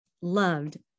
loved